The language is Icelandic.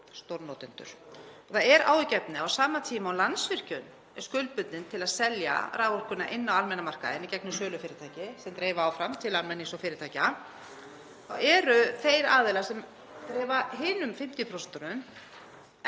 stórnotendur. Það er áhyggjuefni að á sama tíma og Landsvirkjun er skuldbundin til að selja raforkuna inn á almenna markaðinn í gegnum sölufyrirtæki sem dreifa áfram til almennings og fyrirtækja, þá eru þeir aðilar sem dreifa hinum 50% ekki